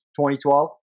2012